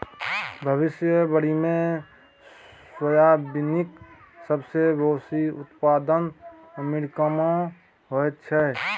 विश्व भरिमे सोयाबीनक सबसे बेसी उत्पादन अमेरिकामे होइत छै